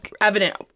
evident